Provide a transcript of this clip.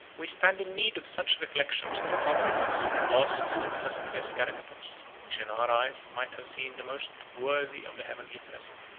we stand in need of such reflections to comfort us for the loss of some illustrious characters, which in our eyes might have seemed the most worthy of the heavenly present.